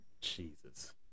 Jesus